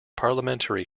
parliamentary